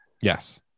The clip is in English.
Yes